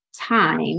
time